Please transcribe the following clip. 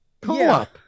co-op